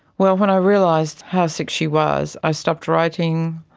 well, when i realised how sick she was i stopped writing,